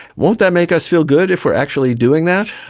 won't that make us feel good, if we are actually doing that?